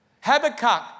Habakkuk